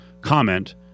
comment